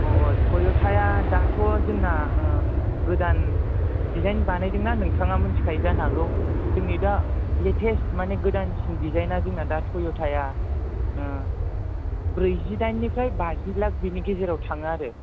टय'थाया दाथ' जोंना गोदान डिजाइन बानायदोंना नोंथाङा मिथिखायो जानो हागौ जोंनि दा लेटेस्ट मानि गोदासिन डिजाइना जोंना दा थय'टाया ब्रैजि डाइननिफ्राय बाजि लाख बेनि गेजेराव थाङो आरो